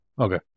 Okay